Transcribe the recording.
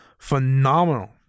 phenomenal